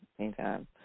Anytime